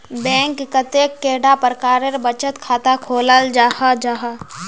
Bank कतेक कैडा प्रकारेर बचत खाता खोलाल जाहा जाहा?